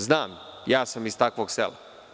Znam, ja sam iz takvog sela.